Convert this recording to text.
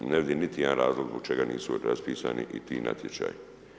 Ne vidim niti jedan razlog zbog čega nisu raspisani i ti natječaji.